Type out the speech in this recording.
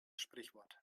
sprichwort